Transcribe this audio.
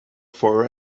for